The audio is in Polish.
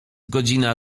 godzina